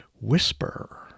whisper